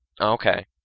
okay